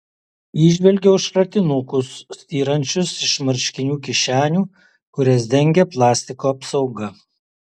įžvelgiau šratinukus styrančius iš marškinių kišenių kurias dengė plastiko apsauga